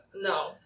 No